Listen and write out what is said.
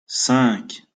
cinq